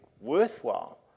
worthwhile